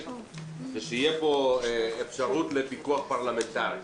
ושתהיה פה אפשרות לפיקוח פרלמנטרי.